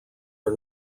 are